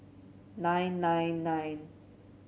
nine nine nine